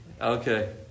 Okay